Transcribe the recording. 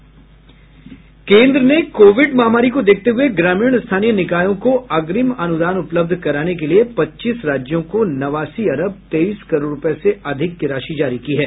केंद्र ने कोविड महामारी को देखते हुए ग्रामीण स्थानीय निकायों को अग्रिम अनुदान उपलब्ध कराने के लिए पच्चीस राज्यों को नवासी अरब तेईस करोड़ रूपये से अधिक की राशि जारी की है